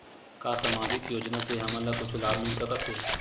का सामाजिक योजना से हमन ला कुछु लाभ मिल सकत हे?